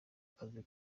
kazi